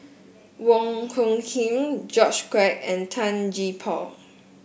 Wong Hung Khim George Quek and Tan Gee Paw